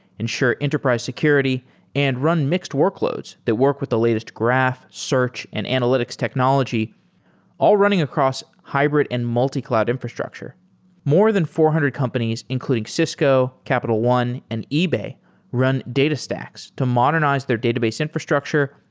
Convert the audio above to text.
ensure enterprise security and run mixed workloads that work with the latest graph, search and analytics technology all running across hybrid and multi-cloud infrastructure more than four hundred companies, including cisco, capital one and ebay run datastax to modernize their database infrastructure,